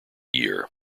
year